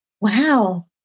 Wow